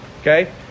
Okay